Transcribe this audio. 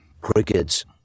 Crickets